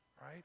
right